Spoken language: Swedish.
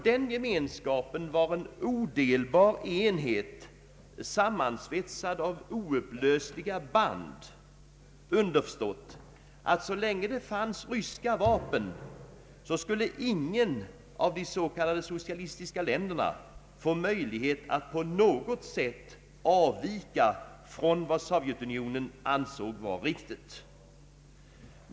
Denna gemenskap var en odelbar enhet sammansvetsad med oupplösliga band, underförstått att så länge det fanns ryska vapen skulle inget av de s.k. socialistiska länderna få möjlighet att på något sätt avvika från vad Sovjetunionen ansåg vara riktigt.